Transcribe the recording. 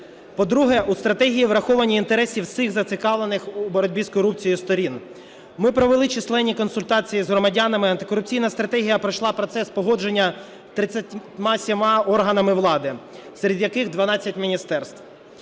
По-друге, у стратегії враховані інтереси всіх зацікавлених у боротьбі з корупцією сторін. Ми провели численні консультації з громадянами, антикорупційна стратегія пройшла процес погодження 37 органами влади, серед яких 12 міністерств.